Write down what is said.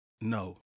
No